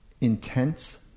intense